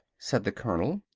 said the colonel.